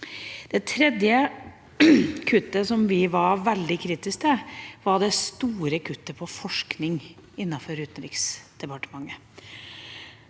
Det tredje kuttet som vi var veldig kritisk til, var det store kuttet på forskning innenfor Utenriksdepartementet